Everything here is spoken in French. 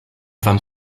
femme